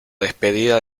despedida